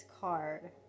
card